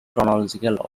chronological